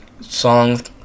songs